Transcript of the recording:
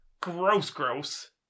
Gross-gross